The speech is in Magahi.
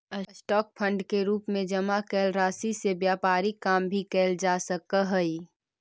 स्टॉक फंड के रूप में जमा कैल राशि से व्यापारिक काम भी कैल जा सकऽ हई